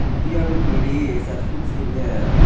இந்தியாவிற்கு வெளியே சர்ப்ஃபிங் செய்ய